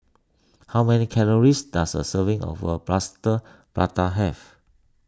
how many calories does a serving of a Plaster Prata have